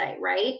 Right